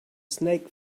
snake